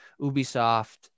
Ubisoft